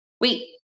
wait